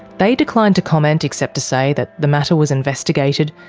they declined to comment except to say that the matter was investigated,